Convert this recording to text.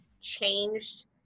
changed